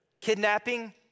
kidnapping